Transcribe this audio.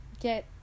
get